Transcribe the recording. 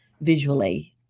visually